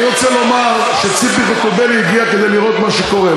אני רוצה לומר שציפי חוטובלי הגיעה כדי לראות מה קורה,